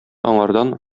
аңардан